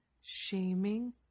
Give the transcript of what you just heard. shaming